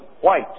white